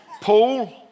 Paul